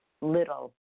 little